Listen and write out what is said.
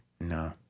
No